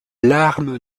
larmes